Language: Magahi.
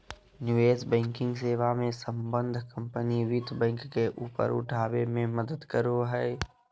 निवेश बैंकिंग सेवा मे सम्बद्ध कम्पनी वित्त बैंक के ऊपर उठाबे मे मदद करो हय